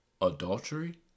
adultery